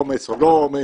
או עומס או לא עומס,